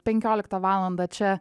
penkioliktą valandą čia